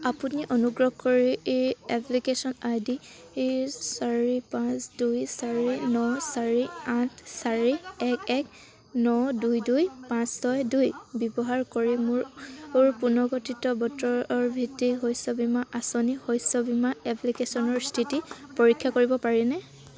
আপুনি অনুগ্ৰহ কৰি এপ্লিকেশ্যন আই ডি চাৰি পাঁচ দুই চাৰি ন চাৰি আঠ চাৰি এক এক ন দুই দুই পাঁচ ছয় দুই ব্যৱহাৰ কৰি মোৰ পুনৰ্গঠিত বতৰ ভিত্তিক শস্য বীমা আঁচনি শস্য বীমা এপ্লিকেশ্যনৰ স্থিতি পৰীক্ষা কৰিব পাৰিনে